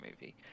movie